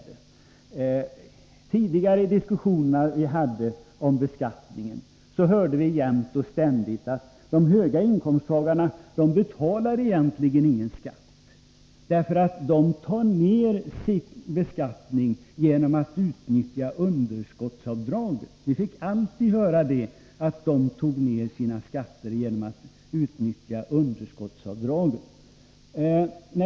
I de tidigare diskussionerna om beskattningen fick vi jämt och ständigt höra att höginkomsttagarna egentligen inte betalade någon skatt, eftersom de sänkte sin skatt genom att utnyttja underskottsavdragen.